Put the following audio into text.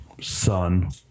son